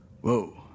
Whoa